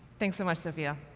thanks so much, sophia.